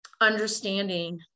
understanding